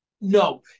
No